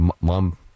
mom